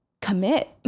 commit